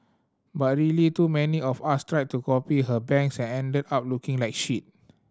but really too many of us tried to copy her bangs and ended up looking like shit